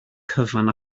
cyfan